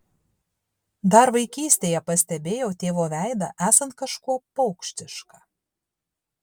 dar vaikystėje pastebėjau tėvo veidą esant kažkuo paukštišką